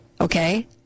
Okay